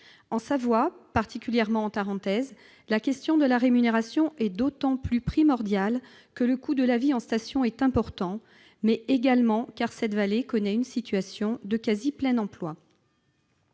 En Savoie, particulièrement en Tarentaise, la question de la rémunération est d'autant plus primordiale que le coût de la vie en station est important, mais également car cette vallée connaît une situation de quasi-plein emploi.